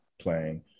playing